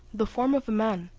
the form of a man,